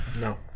no